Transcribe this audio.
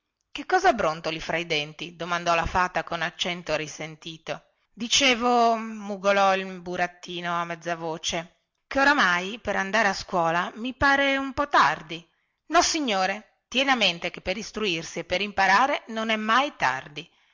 che cosa brontoli fra i denti domandò la fata con accento risentito dicevo mugolò il burattino a mezza voce che oramai per andare a scuola mi pare un po tardi nossignore tieni a mente che per istruirsi e per imparare non è mai tardi